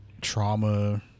trauma